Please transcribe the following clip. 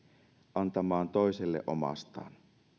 antamaan toiselle omastaan